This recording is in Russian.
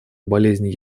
болезнь